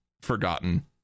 forgotten